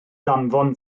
danfon